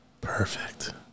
Perfect